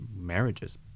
marriages